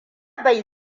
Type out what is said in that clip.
bai